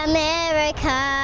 America